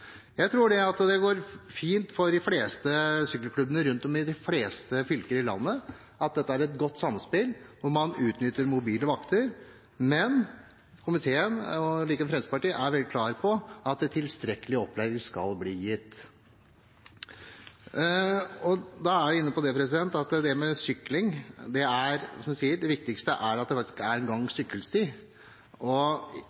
Jeg tror det er fint for de fleste sykkelklubbene rundt om i de fleste fylker i landet at det er et godt samspill hvor man nytter mobile vakter, men komiteen – og Fremskrittspartiet likedan – er veldig klar på at tilstrekkelig opplæring skal bli gitt. Da er vi inne på at det viktigste for sykling er – som jeg sier – at det faktisk er en gang-